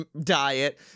diet